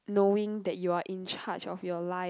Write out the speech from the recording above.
knowing that you are in charge of your life